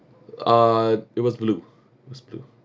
uh it was blue it was blue